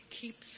keeps